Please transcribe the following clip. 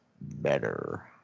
better